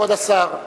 כבוד השר.